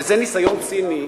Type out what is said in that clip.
וזה ניסיון ציני,